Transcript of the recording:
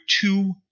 two